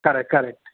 correct correct